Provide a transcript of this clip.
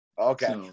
Okay